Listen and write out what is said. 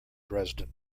dresden